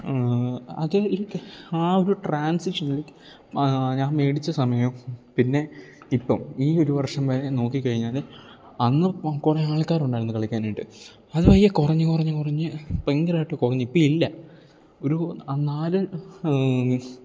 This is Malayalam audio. അത് എനിക്ക് ആ ഒരു ട്രാൻസിക്ഷൻ ലൈക്ക് ഞാൻ മേടിച്ച സമയം പിന്നെ ഇപ്പം ഈ ഒരു വർഷം വരെ നോക്കിക്കഴിഞ്ഞാൽ അന്ന് കുറേ ആൾക്കാരുണ്ടായിരുന്നു കളിക്കാനായിട്ട് അതു പയ്യെ കുറഞ്ഞ് കുറഞ്ഞ് കുറഞ്ഞ് ഭയങ്കരമായിട്ട് കുറഞ്ഞ് ഇപ്പം ഇല്ല ഒരു നാല്